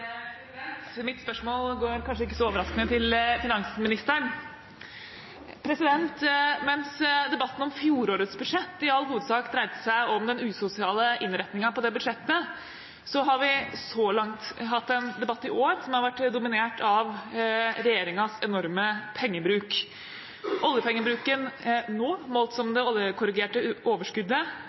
Mitt spørsmål går, kanskje ikke så overraskende, til finansministeren. Mens debatten om fjorårets budsjett i all hovedsak dreide seg om den usosiale innretningen på det budsjettet, har vi så langt i år hatt en debatt som har vært dominert av regjeringens enorme pengebruk. Oljepengebruken nå, målt som